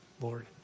Lord